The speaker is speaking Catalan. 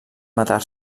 matar